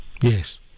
Yes